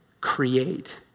create